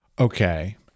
Okay